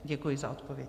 Děkuji za odpověď.